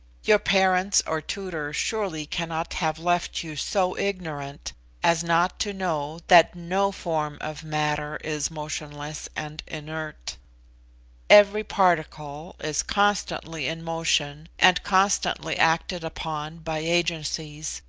your parents or tutors surely cannot have left you so ignorant as not to know that no form of matter is motionless and inert every particle is constantly in motion and constantly acted upon by agencies,